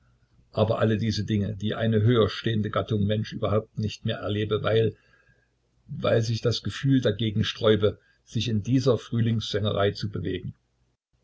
aber alle diese dinge die eine höher stehende gattung mensch überhaupt nicht mehr erlebe weil weil sich das gefühl dagegen sträube sich in dieser frühlingssängerei zu bewegen